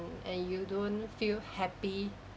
and you don't feel happy